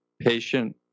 patient